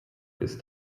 ist